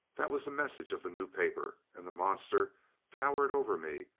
that was the message of the new paper, and the monster towered over me,